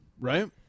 Right